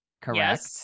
Correct